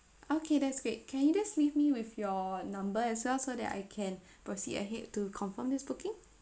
okay that's great can you guys leave me with your number as well so that I can proceed ahead to confirm this booking